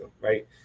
right